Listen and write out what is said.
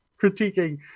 critiquing